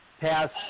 pass